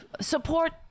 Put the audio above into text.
support